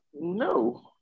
No